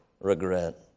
regret